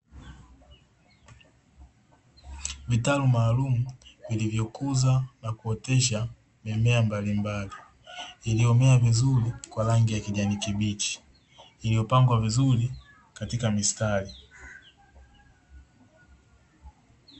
Vitalu maalumu vilivyokuza na kuotesha mimea mbalimbali, iliyomea vizuri kwa rangi ya kijani kibichi, iliyopangwa vizuri katika mistari.